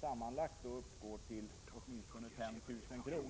sammanlagt uppgår till 5 000 kr.